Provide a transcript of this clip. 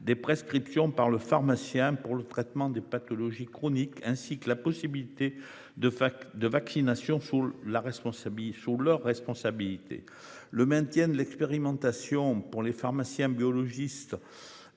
des prescriptions par le pharmacien pour le traitement des pathologies chroniques, ainsi que la possibilité de fac de vaccination sous la responsabilité sous leur responsabilité. Le maintien de l'expérimentation pour les pharmaciens biologistes.